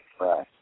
Right